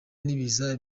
n’ibiza